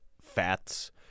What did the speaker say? fats